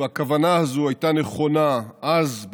הכוונה הזו הייתה נכונה אז,